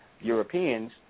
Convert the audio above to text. Europeans